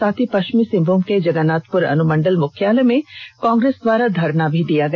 साथ ही पश्चिमी सिंहभूम के जगन्नाथपुर अनुमंडल मुख्यालय में कांग्रेस द्वारा धरना भी दिया गया